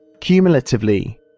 Cumulatively